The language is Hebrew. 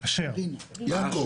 יעקב.